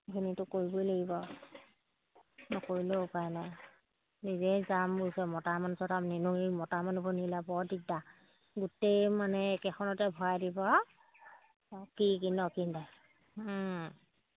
সেইখিনিটো কৰিবই লাগিব আৰু নকৰিলেও উপায় নাই নিজেই যাম বুইছ মতা মানুহ তাত নিনিও এই মতা মানুহবোৰ নিলে বৰ দিগদাৰ গোটেই মানে একেখনতে ভৰাই দিব আৰু অঁ কি কিন কিন